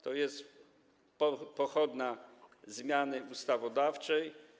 To jest pochodna zmiany ustawodawczej.